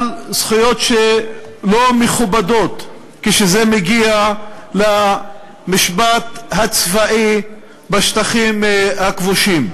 אבל לא מכובדות כאשר זה מגיע למשפט הצבאי בשטחים הכבושים.